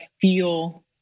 feel